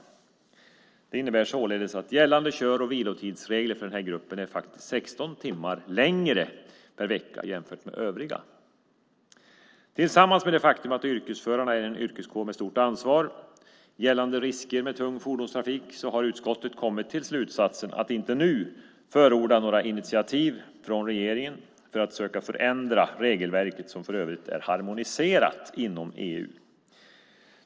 Således innebär det att gällande kör och vilotidsregler för denna grupp medför 16 timmar längre arbetstid per vecka jämfört med övriga arbetstagare. Tillsammans med det faktum att yrkesförare är en yrkeskår med stort ansvar gällande risker med tung fordonstrafik har utskottet kommit till slutsatsen att inte nu förorda några initiativ från regeringen för att söka förändra regelverket som för övrigt är harmoniserat inom EU.